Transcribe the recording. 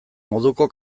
moduko